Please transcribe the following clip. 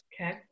okay